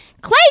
Clay